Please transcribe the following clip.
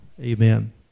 amen